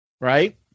Right